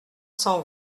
cent